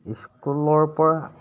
স্কুলৰ পৰা